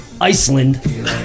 Iceland